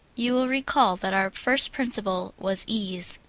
you will recall that our first principle was ease.